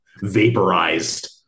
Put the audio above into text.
Vaporized